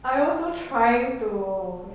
I also trying to